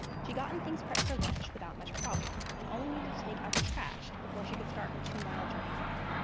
she'd gotten things prepped for lunch without much problem, and only needed to take out the trash before she could start her two mile journey home.